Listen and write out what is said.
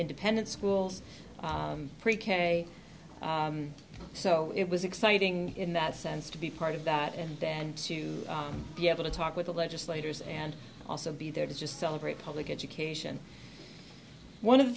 independent schools pre k so it was exciting in that sense to be part of that and then to be able to talk with the legislators and also be there to just celebrate public education one of the